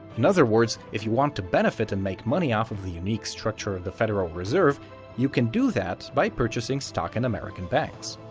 in other words, if you want to benefit and make money off of the unique structure of the federal reserve you can do that by purchasing stock in american banks.